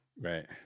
Right